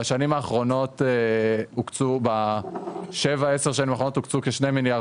ב-7,10 השנים האחרונות הוקצו כשני מיליארד